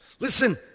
Listen